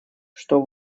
что